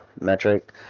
Metric